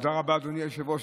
תודה רבה, אדוני היושב-ראש.